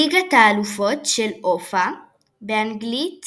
ליגת האלופות של אופ"א באנגלית